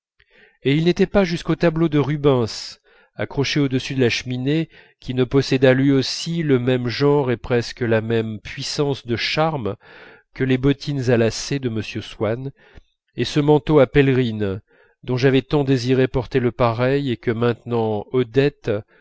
et il n'était pas jusqu'au tableau de rubens accroché au-dessus de la cheminée qui ne possédât lui aussi le même genre et presque la même puissance de charme que les bottines à lacets de m swann et ce manteau à pèlerine dont j'avais tant désiré porter le pareil et que maintenant odette